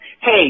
hey